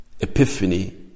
epiphany